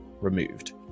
removed